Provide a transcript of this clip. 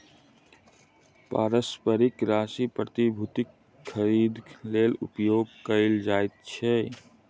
पारस्परिक राशि प्रतिभूतिक खरीदक लेल उपयोग कयल जाइत अछि